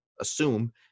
assume